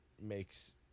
makes